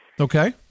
Okay